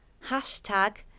hashtag